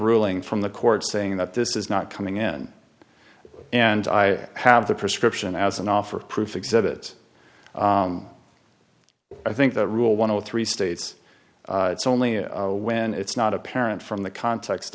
ruling from the court saying that this is not coming in and i have the prescription as an offer of proof exhibit i think that rule one of the three states it's only when it's not apparent from the context